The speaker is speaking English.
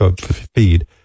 feed